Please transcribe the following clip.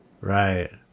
Right